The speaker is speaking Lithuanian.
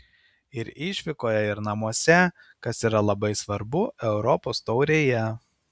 ir išvykoje ir namuose kas yra labai svarbu europos taurėje